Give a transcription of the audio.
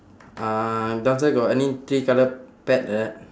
uh downstairs got any three colour pad like that